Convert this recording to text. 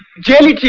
jailer.